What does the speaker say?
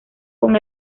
con